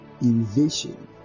invasion